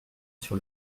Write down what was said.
sur